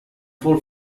fall